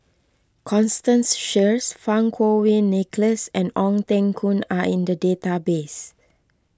Constance Sheares Fang Kuo Wei Nicholas and Ong Teng Koon are in the database